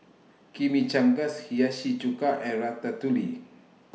Chimichangas Hiyashi Chuka and Ratatouille